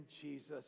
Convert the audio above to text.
Jesus